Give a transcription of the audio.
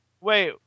wait